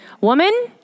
woman